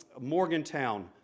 Morgantown